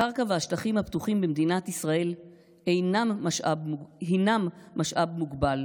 הקרקע והשטחים הפתוחים במדינת ישראל הינם משאב מוגבל